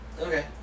Okay